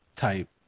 type